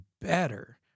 better